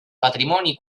patrimoni